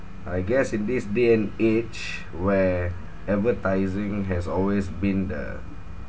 I guess in this day and age where advertising has always been the